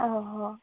ଓ ହୋ